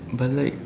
but like